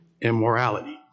immorality